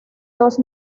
dos